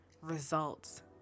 results